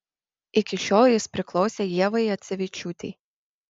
iki šiol jis priklausė ievai jacevičiūtei